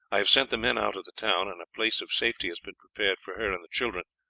i have sent the men out of the town, and a place of safety has been prepared for her and the children.